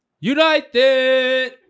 United